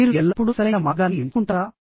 మీరు ఎల్లప్పుడూ సరైన మార్గాన్ని ఎంచుకుంటారా